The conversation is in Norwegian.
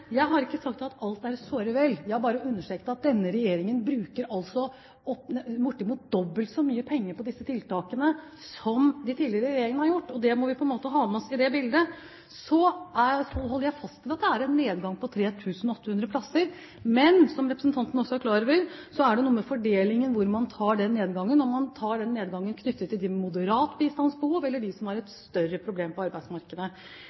Jeg har ikke sagt at alt er såre vel. Jeg har bare understreket at denne regjeringen altså bruker bortimot dobbelt så mye penger på disse tiltakene som de tidligere regjeringene har gjort, og det må vi ha med oss i det bildet. Så holder jeg fast ved at det er en nedgang på 3 800 plasser, men som representanten også er klar over, er det noe med fordelingen, altså hvor man tar den nedgangen, om man tar den nedgangen knyttet til dem med moderat bistandsbehov, eller dem som har et større problem på arbeidsmarkedet.